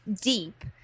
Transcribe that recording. deep